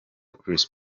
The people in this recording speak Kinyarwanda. chris